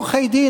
עורכי-דין,